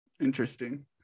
interesting